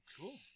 Cool